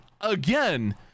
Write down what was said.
again